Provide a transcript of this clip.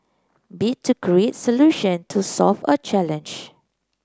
bit to create solution to solve a challenge